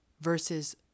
versus